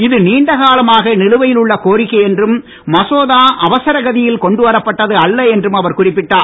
இது நீண்ட காலமாக நிலுவையில் உள்ள கோரிக்கை என்றும் மசோதா அவசர கதியில் கொண்டுவரப்பட்டது அல்ல என்றும் அவர் குறிப்பிட்டார்